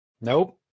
Nope